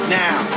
now